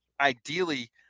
ideally